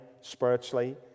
spiritually